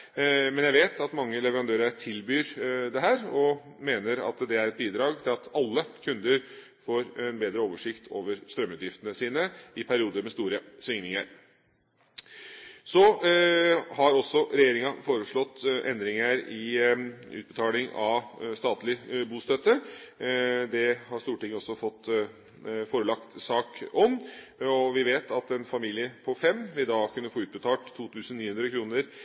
men jeg vet at mange leverandører tilbyr dette og mener at det bidrar til at alle kunder får en bedre oversikt over strømutgiftene sine i perioder med store svingninger. Regjeringa har også foreslått en ekstrautbetaling av statlig bostøtte. Saken er forelagt Stortinget. Vi vet at en familie på fem da vil få utbetalt